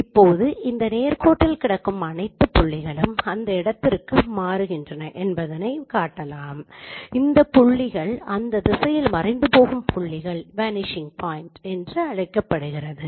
இப்போது இந்த நேர் கோட்டில் கிடக்கும் அனைத்து புள்ளிகளும் அந்த இடத்திற்கு மாறுகின்றன என்பதைக் காட்டலாம் இந்த புள்ளிகள் அந்த திசையில் மறைந்துபோகும் புள்ளி என்று அழைக்கப்படுகிறது